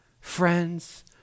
Friends